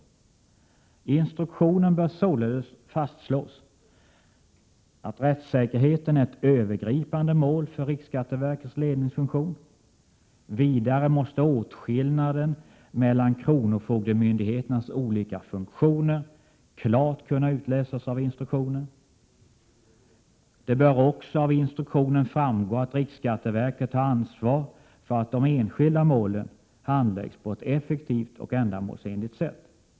I instruktionen bör således fastslås att rättssäkerheten är ett övergripande mål för riksskatteverkets ledningsfunktion. Vidare måste åtskillnaden mellan kronofogdemyndigheternas olika funktioner klart kunna utläsas av instruktionen. Det bör också av instruktionen framgå att riksskatteverket har ansvar för att de enskilda målen handläggs på ett effektivt och ändamålsenligt sätt.